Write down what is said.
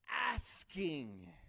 asking